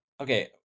okay